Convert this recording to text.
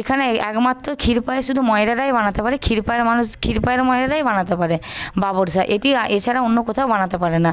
এখানেই একমাত্র ক্ষীরপায়ে শুধু ময়রারাই বানাতে পারে ক্ষীরপাইয়ের মানুষ ক্ষীরপাইয়ের ময়রাই বানাতে পারে বাবারশা এটি এছাড়া অন্য কোথাও বানাতে পারে না